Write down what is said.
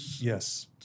Yes